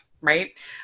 right